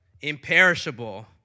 imperishable